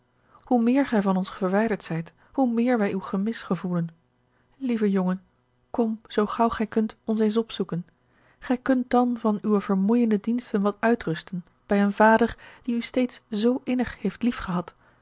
hoe meer gij van ons verwijderd zijt hoe meer wij uw gemis gevoelen lieve jongen kom zoo gaauw gij kunt ons eens opzoeken gij kunt dan van uwe vermoeijende diensten wat uitrusten bij een vader die u steeds zoo innig heeft